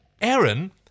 Aaron